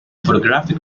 photographic